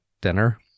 dinner